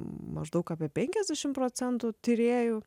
maždaug apie penkiasdešim procentų tyrėjų